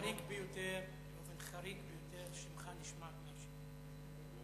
באופן חריג ביותר, חריג ביותר, שמך נשמט מהרשימה.